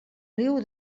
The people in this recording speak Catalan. riu